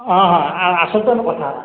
ହଁ ହଁ ଆସନ୍ତୁ ଆମେ କଥା ହେବା